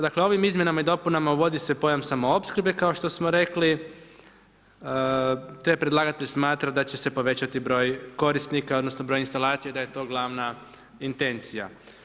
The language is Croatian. Dakle, ovim izmjenama i dopunama uvodi se pojam samoopskrbe kao što smo rekli, te predlagatelj smatra da će se povećati broj korisnika, odnosno, br. instalacija i da je to glavna intencija.